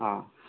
অ